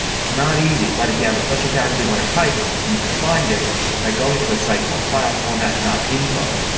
it's not easy but if you have a special character you want to type you can find it by going to a site called fileformat info.